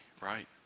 right